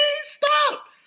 Stop